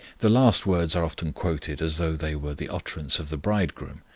the last words are often quoted as though they were the utterance of the bridegroom,